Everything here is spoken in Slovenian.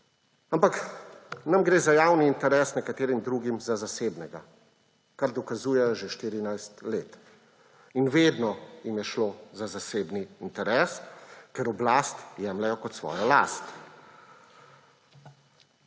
Ampak nam gre za javni interes, nekaterim drugim za zasebnega, kar dokazujejo že 14 let, in vedno jim je šlo za zasebni interes, ker oblast jemljejo kot svojo last.